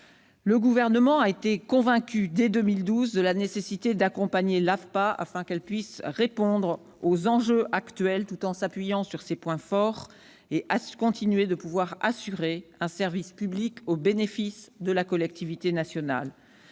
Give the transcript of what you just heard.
le Gouvernement a été convaincu de la nécessité d'accompagner l'AFPA afin qu'elle puisse répondre aux enjeux actuels en s'appuyant sur ses points forts tout en continuant d'assurer un service public au bénéfice de la collectivité nationale.